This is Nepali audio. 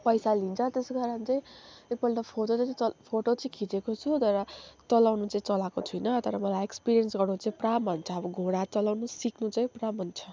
पैसा लिन्छ त्यसै कारण चाहिँ एकपल्ट फोटो चाहिँ फोटो चाहिँ खिचेको छु तर चलाउनु चाहिँ चलाको छुइनँ तर मलाई एक्सपिरियन्स गर्नु चाहिँ पुरा मन छ अब घोडा चलाउनु सिक्नु चाहिँ पुरा मन छ